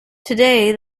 today